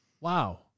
Wow